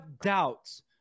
doubts